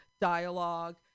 dialogue